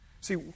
See